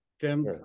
Tim